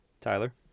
Tyler